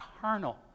carnal